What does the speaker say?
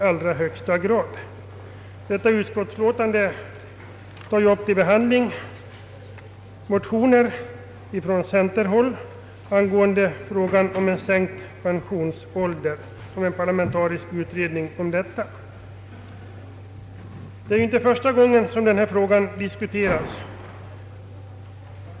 Föreliggande utskottsutlåtande tar upp till behandling motioner från centerhåll angående en parlamentarisk utredning om sänkt pensionsålder. Det är inte första gången som den här frågan diskuteras.